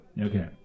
Okay